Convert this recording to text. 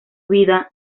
vida